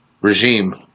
regime